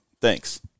Thanks